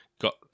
got